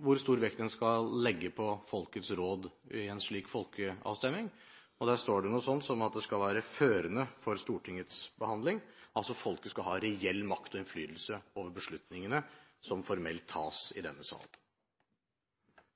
hvor stor vekt en skal legge på folkets råd i en slik folkeavstemning. Det står noe sånt som at det skal være førende for Stortingets behandling, altså at folket skal ha reell makt og innflytelse over beslutningene som formelt tas i denne sal.